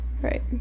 Right